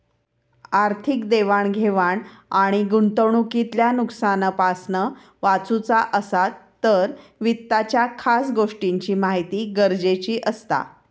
आर्थिक देवाण घेवाण आणि गुंतवणूकीतल्या नुकसानापासना वाचुचा असात तर वित्ताच्या खास गोष्टींची महिती गरजेची असता